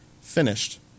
finished